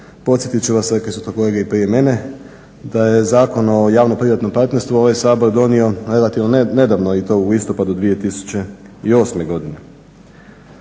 Podsjetit ću vas rekli su to kolege prije mene da je Zakon o javno-privatnog partnerstvu ovaj Sabor donio relativno nedavno i to u listopadu 2008.godine.